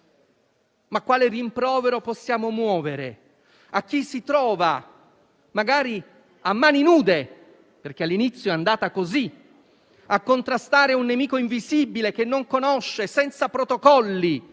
Ma quale rimprovero possiamo muovere a chi si trova, magari a mani nude, perché all'inizio è andata così, a contrastare un nemico invisibile che non conosce, senza protocolli,